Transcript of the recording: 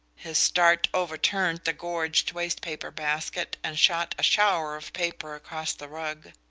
his start overturned the gorged waste-paper basket and shot a shower of paper across the rug.